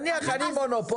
נניח אני מונופול,